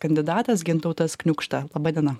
kandidatas gintautas kniukšta laba diena